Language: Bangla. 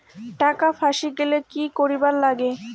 টাকা ফাঁসি গেলে কি করিবার লাগে?